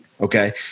okay